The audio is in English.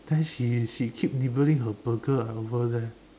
then she she keep nibbling her burger ah over there